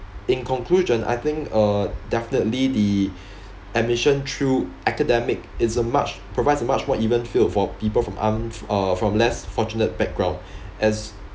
in conclusion I think uh definitely the admission through academic it's a much provides a much more even field for people from un~ uh from less fortunate background as